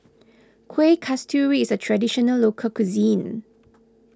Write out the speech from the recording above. Kuih Kasturi is a Traditional Local Cuisine